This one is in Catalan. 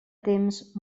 temps